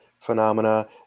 phenomena